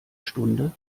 stunde